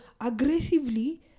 aggressively